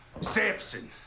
Samson